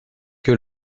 que